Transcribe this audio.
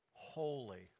Holy